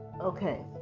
Okay